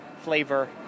flavor